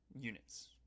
units